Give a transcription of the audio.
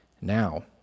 now